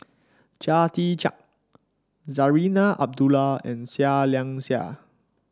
Chia Tee Chiak Zarinah Abdullah and Seah Liang Seah